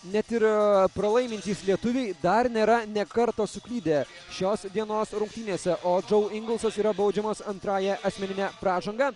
net ir pralaimintys lietuviai dar nėra nė karto suklydę šios dienos rungtynėse o džau ingelsas yra baudžiamas antrąja asmenine pražanga